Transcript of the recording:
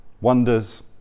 wonders